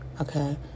okay